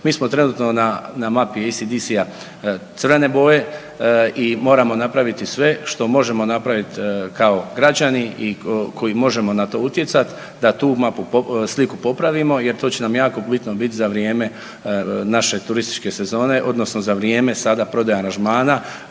Mi smo trenutno na mapi ECDC-a crvene boje i moramo napraviti sve što možemo napraviti kao građani i koji možemo na to utjecati da tu mapu, sliku popravimo jer to će nam jako bitno biti za vrijeme naše turističke sezone odnosno za vrijeme sada prodaje aranžmana,